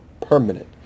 permanent